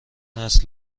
است